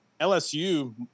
LSU –